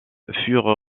furent